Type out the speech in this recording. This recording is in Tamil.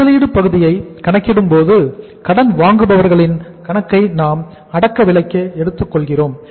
முதலீடு பகுதியை கணக்கிடும்போது கடன் வாங்குபவர்களின் கணக்கை நாம் அடக்க விலைக்கே எடுத்துக்கொள்கிறோம்